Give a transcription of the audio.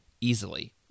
easily